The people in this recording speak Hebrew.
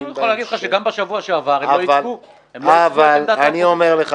גם בשבוע שעבר הם לא --- אבל אני אומר לך,